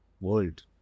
world